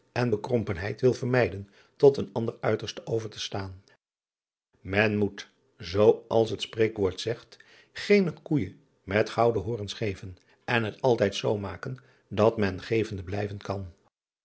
en bekrompenheid wil vermijden tot een ander uiterste over te staan en moet zoo als het spreekwoord zegt eene koeijen met gouden horens geven en het altijd zoo maken dat men gevende blijven kan